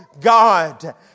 God